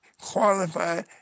qualified